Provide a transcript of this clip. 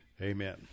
Amen